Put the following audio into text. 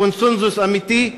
קונסנזוס אמיתי.